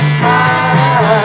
high